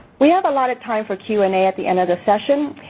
we have a lot of time for q and a at the end of this session.